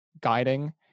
guiding